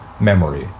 memory